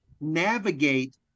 navigate